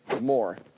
More